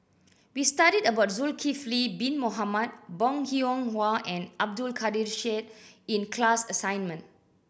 we studied about Zulkifli Bin Mohamed Bong Hiong Hwa and Abdul Kadir Syed in the class assignment